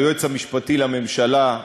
היועץ המשפטי לממשלה,